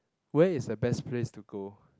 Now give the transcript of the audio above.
where is the best place to go